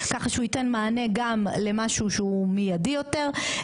כך שהוא ייתן מענה וגם למשהו שהוא מידי יותר,